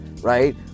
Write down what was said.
Right